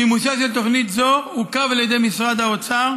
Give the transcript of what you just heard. מימושה של תוכנית זו עוכב על ידי משרד האוצר,